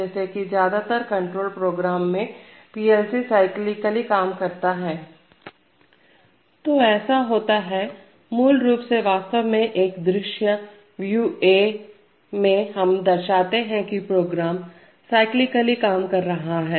जैसे कि ज्यादातर कंट्रोल प्रोग्राम में पीएलसी साइक्लिकली काम करता हैं तो यह ऐसे होता है मूल रुप से वास्तव में यह एक दृश्य है व्यू A व्यू ए में हम दर्शाते हैं की प्रोग्राम साइक्लिकली काम कर रहा है